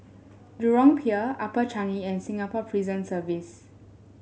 Jurong Pier Upper Changi and Singapore Prison Service